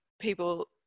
people